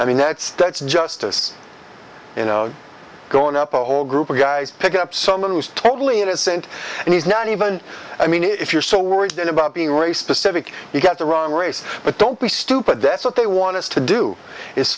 i mean that's that's just as you know going up a whole group of guys pick up someone who's totally innocent and he's not even i mean if you're so worried then about being race specific you've got the wrong race but don't be stupid that's what they want us to do is